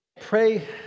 pray